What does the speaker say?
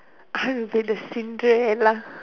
I will be the cinderella